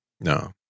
No